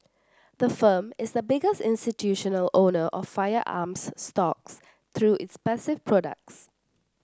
the firm is the biggest institutional owner of firearms stocks through its passive products